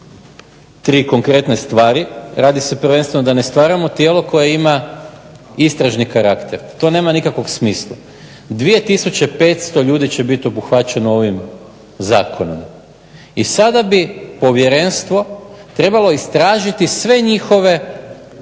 tri konkretne stvari. Radi se prvenstveno da ne stvaramo tijelo koje ima istražni karakter, to nema nikakvog smisla. 2500 ljudi će biti obuhvaćeno ovim zakonom i sada bi povjerenstvo trebalo istražiti sve njihove